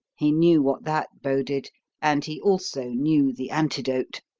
he knew what that boded and he also knew the antidote.